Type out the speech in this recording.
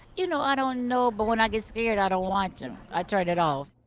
you know, i don't know, but when i get scared, i don't watch them. i turn it off.